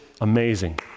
amazing